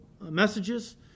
messages